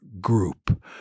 group